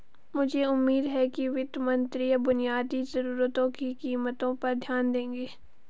मुझे उम्मीद है कि वित्त मंत्री बुनियादी जरूरतों की कीमतों पर ध्यान देंगे